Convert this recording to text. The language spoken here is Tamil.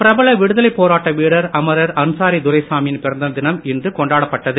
பிரபல விடுதலை போராட்ட வீரர் அமர்ர் அன்சாரி துறைசாமியின பிறந்த தினம் இன்று கொண்டாடப்பட்டது